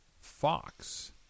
Fox